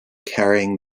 carrying